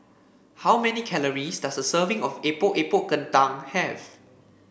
how many calories does a serving of Epok Epok Kentang have